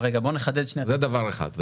זה דבר אחד,